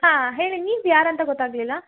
ಹಾಂ ಹೇಳಿ ನೀವು ಯಾರು ಅಂತ ಗೊತ್ತಾಗಲಿಲ್ಲ